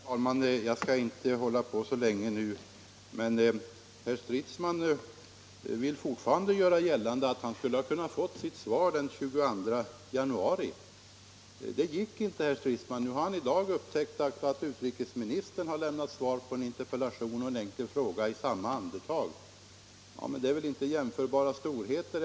Herr talman! Jag skall inte uppta tiden länge men vill ändå säga något till herr Stridsman, som fortfarande gör gällande att han skulle ha kunnat få sitt svar den 22 januari. Det gick inte, herr Stridsman! Nu har herr Stridsman upptäckt att utrikesministern i dag lämnade svar på en interpellation och en fråga i ett sammanhang. Ja, men det är ju inte jämförbara storheter.